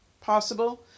possible